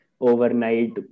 overnight